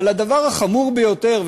אבל הדבר החמור ביותר,